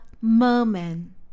merman